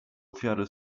ofiary